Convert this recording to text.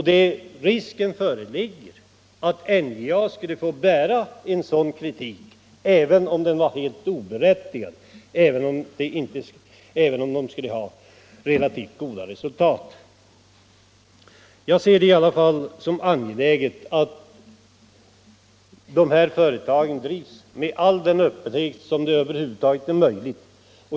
Det föreligger risk att NJA skulle drabbas av en sådan kritik — även om den är helt oberättigad och även om företaget skulle uppvisa relativt goda resultat. Jag ser det i alla händelser som angeläget att de båda företagen drivs med all den öppenhet som det över huvud taget är möjligt.